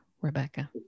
Rebecca